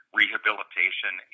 rehabilitation